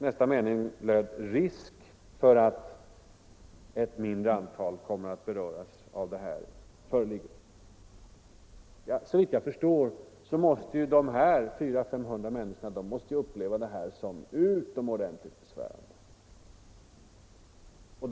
Nästa mening löd att risk föreligger för att ett mindre antal kommer att beröras av det här. Såvitt jag förstår måste väl de 400-500 människorna som berörs på detta sätt uppleva det som utomordentligt besvärande.